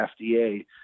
FDA